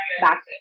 back